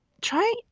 try